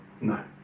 no